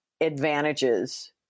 advantages